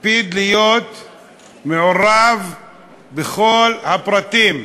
הקפיד להיות מעורב בכל הפרטים,